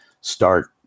start